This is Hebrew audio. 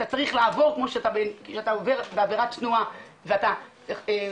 אתה צריך לעבור כמו כשאתה עובר עבירת תנועה אתה בעצם